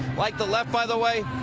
like the left, by the way?